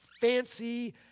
Fancy